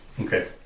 Okay